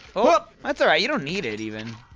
that's alright, you don't need it, even